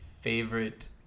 favorite